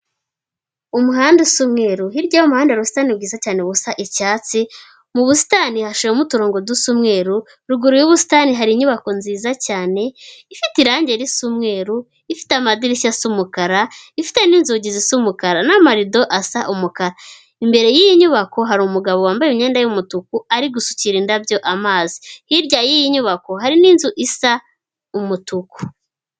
Umuhanda usa umweru hirya y'amahanda hari ubusitani bwiza cyane busa icyatsi, mu busitani hashiramo uturongo dusa umweru, ruguru y'ubusitani hari inyubako nziza cyane ifite irangi risa umweru, ifite amadirishya asa umukara, ifite inzugi z'umukara n'amarido asa umukara. Imbere y'iyi nyubako hari umugabo wambaye imyenda y'umutuku ari gusukira indabyo amazi, hirya y'iyi nyubako hari n'inzu isa umutuku.